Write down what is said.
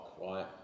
right